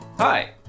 Hi